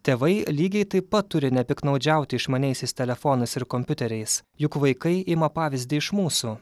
tėvai lygiai taip pat turi nepiktnaudžiauti išmaniaisiais telefonais ir kompiuteriais juk vaikai ima pavyzdį iš mūsų